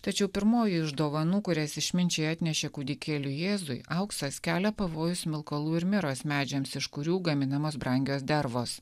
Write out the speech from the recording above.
tačiau pirmoji iš dovanų kurias išminčiai atnešė kūdikėliui jėzui auksas kelia pavojų smilkalų ir miros medžiams iš kurių gaminamos brangios dervos